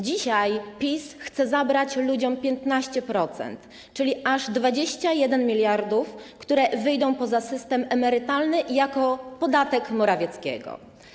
Dzisiaj PiS chce zabrać ludziom 15%, czyli aż 21 mld, które wyjdą poza system emerytalny jako podatek Morawieckiego.